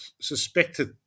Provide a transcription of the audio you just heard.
suspected